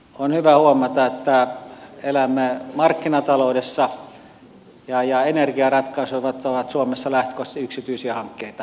on hyvä huomata että elämme markkinataloudessa ja energiaratkaisut ovat suomessa lähtökohtaisesti yksityisiä hankkeita